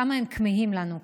כמה הם כמהים לנו,